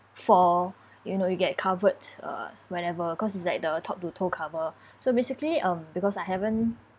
for you know you get covered uh whenever cause it's like the top to toe cover so basically um because I haven't